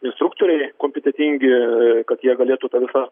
instruktoriai kompetentingi kad jie galėtų ta visą